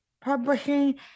publishing